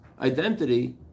identity